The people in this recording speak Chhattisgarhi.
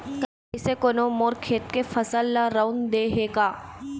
कइसे कोनो मोर खेत के फसल ल रंउद दे हे का?